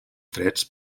drets